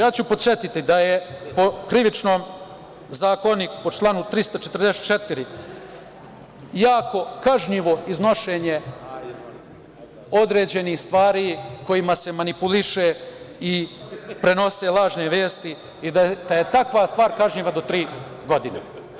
Podsetiću da je po Krivičnom zakoniku, po članu 344. jako kažnjivo iznošenje određenih stvari kojima se manipuliše i prenose lažne vesti i da je takva stvar kažnjiva do tri godine.